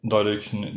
Direction